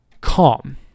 calm